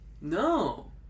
No